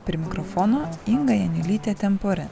prie mikrofono inga janiulytė temporen